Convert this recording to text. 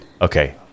Okay